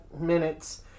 minutes